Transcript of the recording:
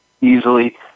easily